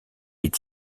est